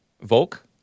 Volk